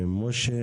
ומשה